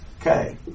Okay